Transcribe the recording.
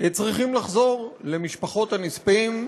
צריכים לחזור למשפחות הנספים,